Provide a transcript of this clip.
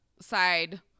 side